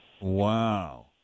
Wow